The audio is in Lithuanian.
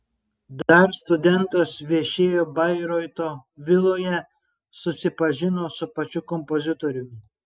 dar studentas viešėjo bairoito viloje susipažino su pačiu kompozitoriumi